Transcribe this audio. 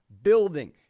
building